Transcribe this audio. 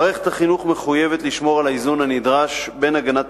מערכת החינוך מחויבת לשמור על האיזון הנדרש בין הגנת